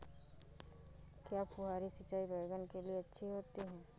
क्या फुहारी सिंचाई बैगन के लिए अच्छी होती है?